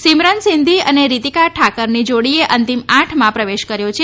સિમરન સિંધી અને રીતિકા ઠાકરની જોડીએ અંતિમ આઠમાં પ્રવેશ કર્યો છે